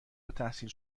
التحصیل